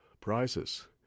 prizes